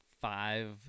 five